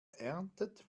erntet